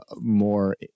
more